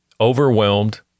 overwhelmed